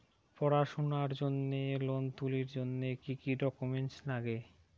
পড়াশুনার জন্যে লোন তুলির জন্যে কি কি ডকুমেন্টস নাগে?